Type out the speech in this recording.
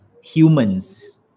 humans